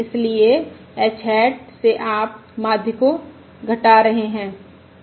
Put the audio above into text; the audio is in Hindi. इसलिए h हैट से आप माध्य को घटा रहे हैं